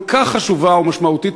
כל כך חשובה ומשמעותית,